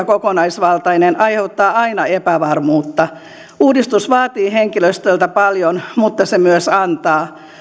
kokonaisvaltainen aiheuttaa aina epävarmuutta uudistus vaatii henkilöstöltä paljon mutta se myös antaa